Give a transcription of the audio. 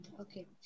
Okay